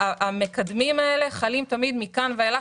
המקדמים האלה חלים תמיד מכאן ואילך.